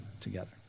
together